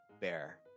Bear